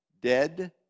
dead